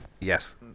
yes